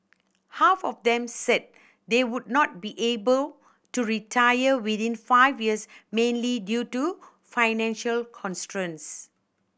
half of them said they would not be able to retire within five years mainly due to financial constraints